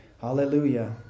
Hallelujah